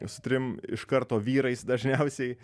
su trim iš karto vyrais dažniausiai